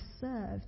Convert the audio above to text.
served